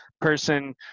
person